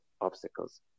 obstacles